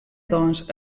doncs